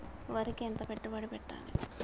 వరికి ఎంత పెట్టుబడి పెట్టాలి?